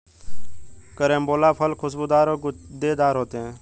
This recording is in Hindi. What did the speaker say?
कैरम्बोला फल खुशबूदार और गूदेदार होते है